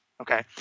Okay